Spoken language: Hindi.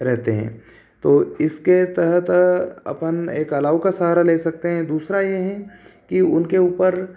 रहते हैं तो इसके तहत अपन एक अलाव का सहारा ले सकते हैं दूसरा ये हैं कि उनके ऊपर